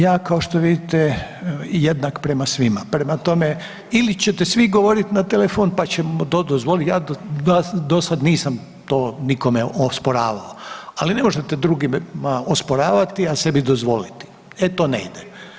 Upravo sam ja kao što vidite, jednak prema svima, prema tome, ili ćete svi govoriti na telefon pa ćemo to dozvoliti, ja dosad nisam to nikome osporavao, ali ne možete drugima osporavati, a sebi dozvoliti, e to ne ide.